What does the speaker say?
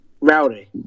Rowdy